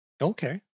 Okay